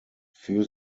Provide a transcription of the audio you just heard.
für